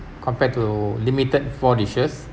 compared to limited four dishes